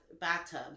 Bathtub